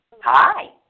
Hi